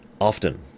Often